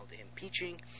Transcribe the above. impeaching